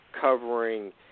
covering